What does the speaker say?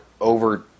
over